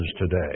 today